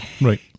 right